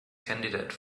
candidate